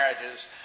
marriages